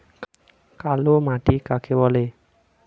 কালো মাটি কাকে বলে?